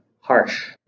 harsh